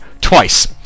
twice